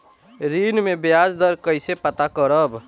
ऋण में बयाज दर कईसे पता करब?